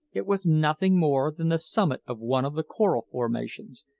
it was nothing more than the summit of one of the coral formations,